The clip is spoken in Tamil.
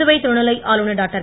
புதுவை துணைநிலை ஆளுநர் டாக்டர்